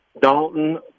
Dalton